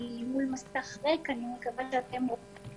אני מול מסך ריק, אני מקווה שאתם רואים.